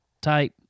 type